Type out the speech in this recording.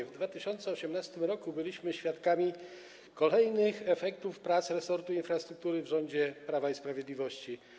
W 2018 r. byliśmy świadkami kolejnych efektów prac resortu infrastruktury w rządzie Prawa i Sprawiedliwości.